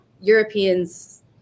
europeans